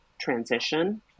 transition